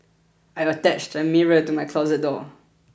I attached a mirror to my closet door